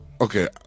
Okay